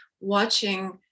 watching